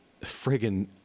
friggin